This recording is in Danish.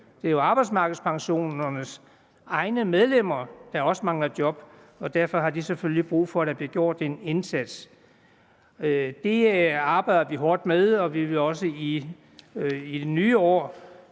Det er jo arbejdsmarkedspensionernes egne medlemmer, der også mangler job, og derfor har de selvfølgelig brug for, at der bliver gjort en indsats. Det arbejder vi hårdt med, og vi vil også i det nye år